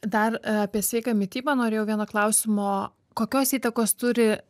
dar apie sveiką mitybą norėjau vieno klausimo kokios įtakos turi